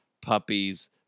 puppies